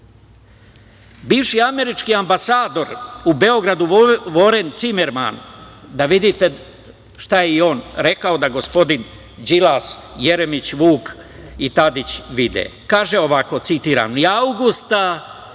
američki ambasador u Beogradu Voren Cimerman, da vidite šta je i on rekao, da gospodin Đilas, Jeremić Vuk i Tadić vide, kaže ovako, citiram: „Ni avgusta